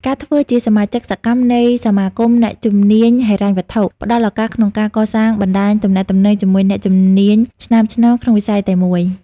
ការធ្វើជាសមាជិកសកម្មនៃសមាគមអ្នកជំនាញហិរញ្ញវត្ថុ ផ្ដល់ឱកាសក្នុងការកសាងបណ្ដាញទំនាក់ទំនងជាមួយអ្នកជំនាញឆ្នើមៗក្នុងវិស័យតែមួយ។